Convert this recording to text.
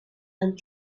and